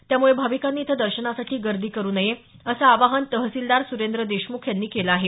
त्यामुळे भाविकांनी इथं दर्शनासाठी गर्दी करु नये असं आवाहन तहसीलदार सुरेंद्र देशमुख यांनी केलं आहे